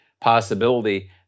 possibility